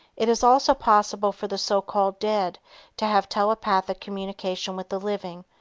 it is also possible for the so-called dead to have telepathic communication with the living,